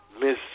miss